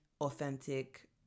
authentic